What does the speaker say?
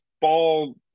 ball